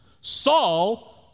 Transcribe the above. Saul